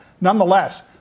nonetheless